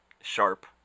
sharp